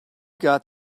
got